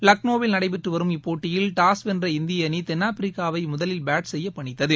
லக்ளோவில் நடைபெற்றுவரும் இப்போட்டியில் டாஸ் வென்ற இந்திய அணிதென்னாப்பிரிக்காவைமுதலில் பேட் செய்யபணித்தது